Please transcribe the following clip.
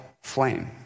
flame